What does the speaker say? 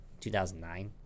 2009